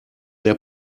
der